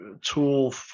tool